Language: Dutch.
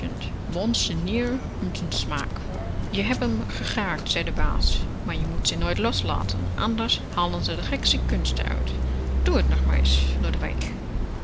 bonsde neer met n smak je heb m gerààkt zei de baas maar je mot ze nooit los laten anders halen ze de gekste kunste uit doe t nog maar